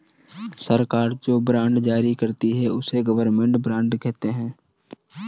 सरकार जो बॉन्ड जारी करती है, उसे गवर्नमेंट बॉन्ड कहते हैं